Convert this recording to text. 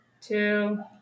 two